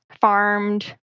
farmed